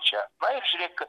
čia na ir žiūrėk